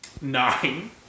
nine